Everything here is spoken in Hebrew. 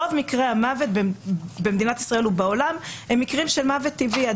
רוב מקרי המוות במדינת ישראל ובעולם הם מקרים של מוות טבעי.